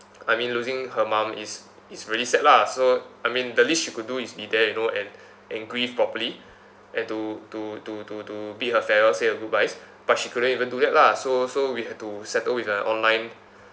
I mean losing her mum is is really sad lah so I mean the least you could do is be there you know and and grieve properly and to to to to to bid her farewell say her goodbyes but she couldn't even do that lah so so we had to settle with an online